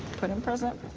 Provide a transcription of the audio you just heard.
put in present,